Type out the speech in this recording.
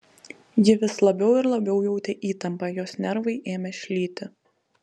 ji vis labiau ir labiau jautė įtampą jos nervai ėmė šlyti